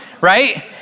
right